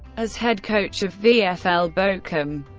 as head coach of vfl bochum,